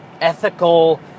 ethical